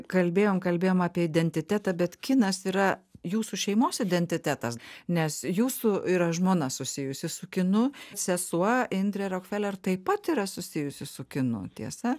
kalbėjom kalbėjom apie identitetą bet kinas yra jūsų šeimos identitetas nes jūsų yra žmona susijusi su kinu sesuo indrė rokfeler taip pat yra susijusi su kinu tiesa